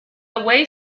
away